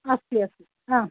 अस्ति अस्ति